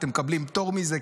אתם מקבלים פטור מזה,